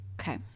okay